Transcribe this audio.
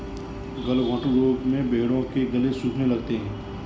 गलघोंटू रोग में भेंड़ों के गले सूखने लगते हैं